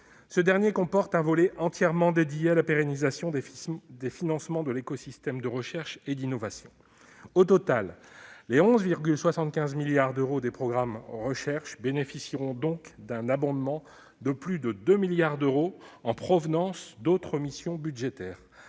Ce dernier comporte un volet entièrement dédié à la pérennisation des financements de l'écosystème de la recherche et de l'innovation. Au total, les 11,75 milliards d'euros des programmes consacrés à la recherche bénéficieront donc d'un abondement de plus de 2 milliards d'euros en provenance d'autres missions budgétaires.